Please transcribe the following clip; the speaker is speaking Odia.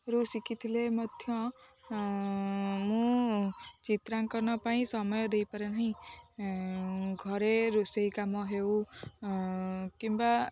ର ଶିଖି ଥିଲେ ମଧ୍ୟ ମୁଁ ଚିତ୍ରାଙ୍କନ ପାଇଁ ସମୟ ଦେଇପାରେ ନାହିଁ ଘରେ ରୋଷେଇ କାମ ହେଉ କିମ୍ବା